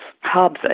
hubs